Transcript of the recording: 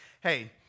hey